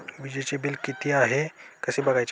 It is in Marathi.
वीजचे बिल किती आहे कसे बघायचे?